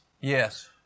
Yes